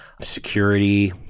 security